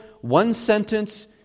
one-sentence